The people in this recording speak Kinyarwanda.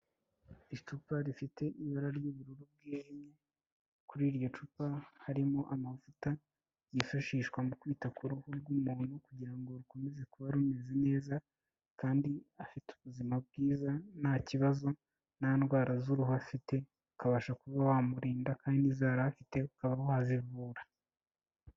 Icupa rifite ibara ry'ubururu bwijimye, kuri iryo cupa harimo amavuta yifashishwa mu kwita ku ruhu rw'umuntu kugira ngo rukomeze kuba rumeze neza kandi afite ubuzima bwiza nta kibazo nta ndwara z'uruhu afite, ukabasha kuba wamurinda kandi n'izo yari afite ukaba wazivura.